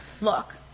look